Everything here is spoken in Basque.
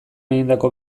egindako